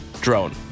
drone